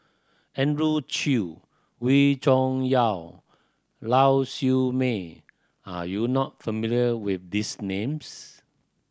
Andrew Chew Wee Cho Yaw Lau Siew Mei are you not familiar with these names